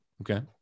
okay